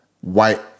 white